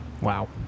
Wow